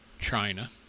China